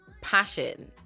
passion